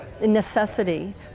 necessity